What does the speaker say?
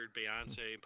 Beyonce